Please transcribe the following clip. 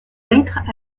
lettres